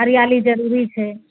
हरियाली जरुरी छै